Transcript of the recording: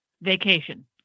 vacation